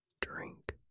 Drink